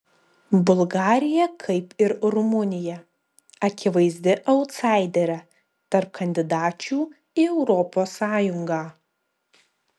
bulgarija kaip ir rumunija akivaizdi autsaiderė tarp kandidačių į europos sąjungą